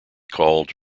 called